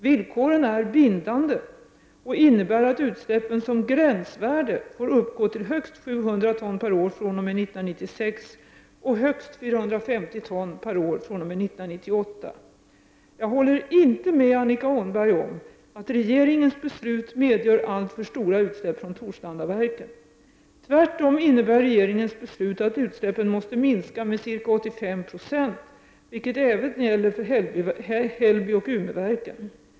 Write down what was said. Villkoren är bindande och innebär att utsläppen som gränsvärde får uppgå till högst 700 ton per år fr.o.m. 1996 och högst 450 ton per år fr.o.m. 1998. Jag håller inte med Annika Åhnberg om att regeringens beslut medger alltför stora utsläpp från Torslandaverken. Tvärtom innebär regeringens beslut att utsläppen måste minska med ca 85 96, vilket även gäller för Hällbyoch Umeverken.